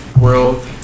world